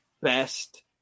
best